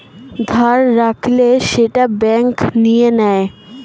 ধার রাখলে সেটা ব্যাঙ্ক নিয়ে নেয়